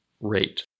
rate